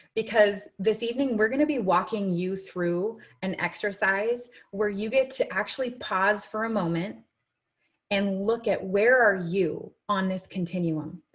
because this evening we're gonna be walking you through an exercise where you get to actually pause for a moment and look at where are you on this continuum?